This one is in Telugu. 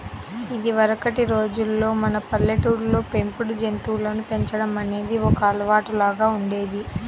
ఇదివరకటి రోజుల్లో మన పల్లెటూళ్ళల్లో పెంపుడు జంతువులను పెంచడం అనేది ఒక అలవాటులాగా ఉండేది